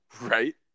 Right